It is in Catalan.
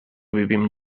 vivim